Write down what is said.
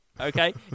okay